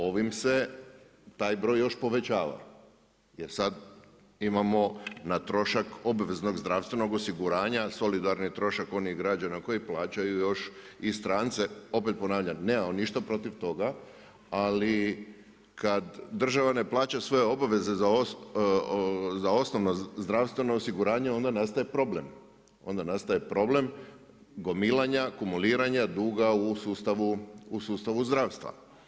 Ovim se taj broj još povećava, jer sad imamo na trošak obveznog zdravstvenog osiguranja, solidarni trošak onih građana koji plaćaju i strance, opet ponavljam, nemam ništa protiv toga, ali kad država ne plaća sve obveze za osnovna zdravstveno osiguranja, onda nastane problem, onda nastaje problem gomilanja, akumuliranja duga u sustavu zdravstva.